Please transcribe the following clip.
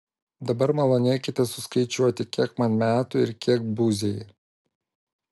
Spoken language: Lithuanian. dabar malonėkite suskaičiuoti kiek man metų ir kiek buziai